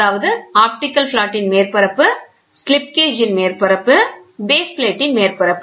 அதாவது ஆப்டிகல் பிளாட்டின் மேற்பரப்பு ஸ்லிப் கேஜின்மேற்பரப்பு பேஸ் பிளேட் மேற்பரப்பு